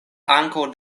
ankaŭ